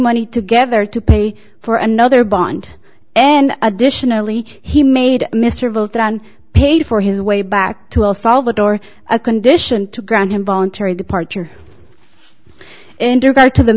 money together to pay for another bond and additionally he made mr vote than paid for his way back to el salvador a condition to grant him voluntary departure and thereby to the